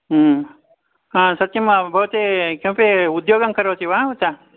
हा सत्यं भवती किमपि उद्योगं करोति वा उत